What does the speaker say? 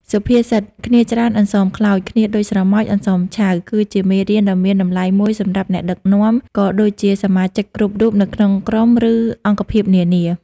សុភាសិត «គ្នាច្រើនអន្សមខ្លោច គ្នាដូចស្រមោចអន្សមឆៅ» គឺជាមេរៀនដ៏មានតម្លៃមួយសម្រាប់អ្នកដឹកនាំ ក៏ដូចជាសមាជិកគ្រប់រូបនៅក្នុងក្រុម ឬអង្គភាពនានា។